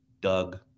Doug